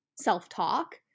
self-talk